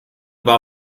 war